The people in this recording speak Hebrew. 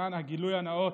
למען הגילוי הנאות,